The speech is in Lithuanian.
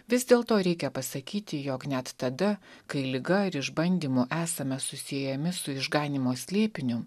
vis dėlto reikia pasakyti jog net tada kai liga ir išbandymų esame susiejami su išganymo slėpiniu